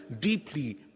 deeply